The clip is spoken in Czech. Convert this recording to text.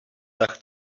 tak